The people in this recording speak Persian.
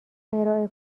ارائه